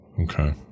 Okay